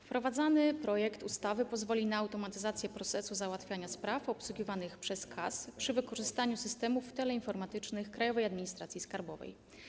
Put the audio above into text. Wprowadzany projekt ustawy pozwoli na automatyzację procesu załatwiania spraw obsługiwanych przez KAS przy wykorzystaniu systemów teleinformatycznych Krajowej Administracji Skarbowej.